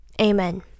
Amen